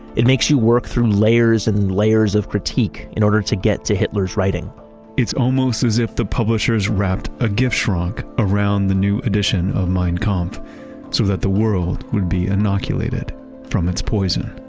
it makes you work through layers and layers of critique in order to get to hitler's writing it's almost as if the publisher's wrapped a giftschrank around the new edition of mein kampf so that the world would be inoculated from its poison